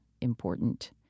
important